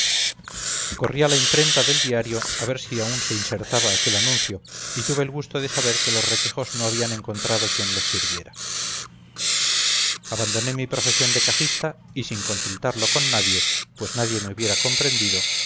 a la imprenta del diario a ver si aún se insertaba aquel anuncio y tuve el gusto de saber que los requejos no habían encontrado quien les sirviera abandoné mi profesión de cajista y sin consultarlo con nadie pues nadie me hubiera comprendido